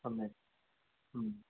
सम्यक्